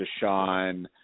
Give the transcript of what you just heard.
Deshaun